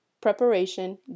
preparation